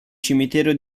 cimitero